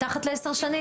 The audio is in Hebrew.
מתחת לעשר שנים?